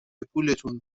پولتون